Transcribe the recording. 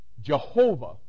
Jehovah